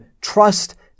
trust